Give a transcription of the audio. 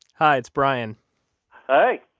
hi, it's brian hey